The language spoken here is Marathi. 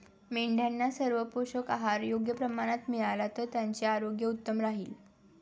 मेंढ्यांना सर्व पोषक आहार योग्य प्रमाणात मिळाला तर त्यांचे आरोग्य उत्तम राहील